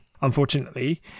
unfortunately